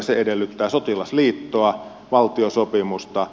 se edellyttää sotilasliittoa valtiosopimusta